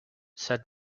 said